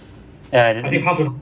ya they make